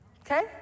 Okay